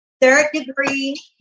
third-degree